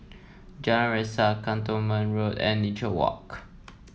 Jalan Resak Cantonment Road and Nature Walk